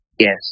Yes